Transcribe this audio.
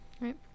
right